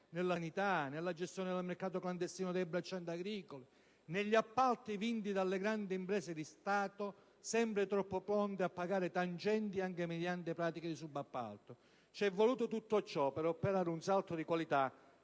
nella sanità, nella gestione del mercato clandestino dei braccianti agricoli, negli appalti vinti dalle grandi imprese di Stato, sempre troppo pronte a pagare tangenti anche mediante pratiche di subappalto. C'è voluto tutto ciò per operare un salto di qualità